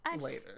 later